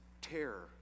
terror